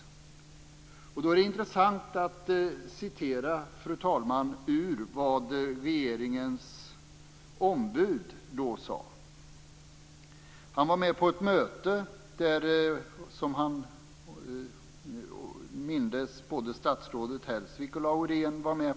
Fru talman! Det är intressant att citera vad regeringens ombud sagt om detta. Han var med på ett möte där, som han mindes, både statsrådet Hellsvik och statsrådet Laurén var med.